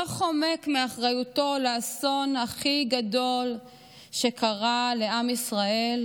חומק מאחריותו לאסון הכי גדול שקרה לעם ישראל,